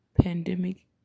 pandemic